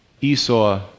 Esau